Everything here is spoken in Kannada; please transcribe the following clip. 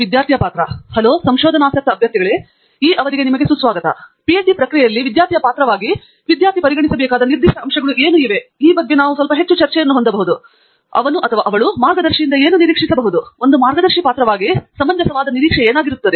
ಪ್ರತಾಪ್ ಹರಿಡೋಸ್ ಆದ್ದರಿಂದ ಪಿಹೆಚ್ಡಿ ಪ್ರಕ್ರಿಯೆಯಲ್ಲಿ ವಿದ್ಯಾರ್ಥಿಯ ಪಾತ್ರವಾಗಿ ವಿದ್ಯಾರ್ಥಿ ಪರಿಗಣಿಸಬೇಕಾದ ನಿರ್ದಿಷ್ಟ ಅಂಶಗಳು ಏನು ಇವೆ ಎಂದು ನಾವು ಭಾವಿಸುವ ಬಗ್ಗೆ ಸ್ವಲ್ಪ ಹೆಚ್ಚು ಚರ್ಚೆಯನ್ನು ಹೊಂದಬಹುದು ಮತ್ತು ಅವನು ಅಥವಾ ಅವಳು ಮಾರ್ಗದರ್ಶಿಯಿಂದ ಏನು ನಿರೀಕ್ಷಿಸಬಹುದು ಆದ್ದರಿಂದ ಒಂದು ಮಾರ್ಗದರ್ಶಿ ಪಾತ್ರವಾಗಿ ಒಂದು ಸಮಂಜಸವಾದ ನಿರೀಕ್ಷೆ ಏನಾಗಿರುತ್ತದೆ